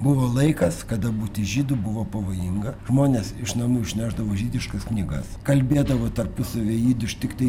buvo laikas kada būti žydu buvo pavojinga žmonės iš namų išnešdavo žydiškas knygas kalbėdavo tarpusavyje jidiš tiktai